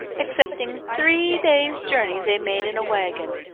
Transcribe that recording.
excepting three days' journey they made in a wagon.